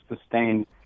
sustained